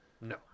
No